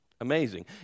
Amazing